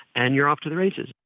and you're off to the races,